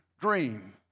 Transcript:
dream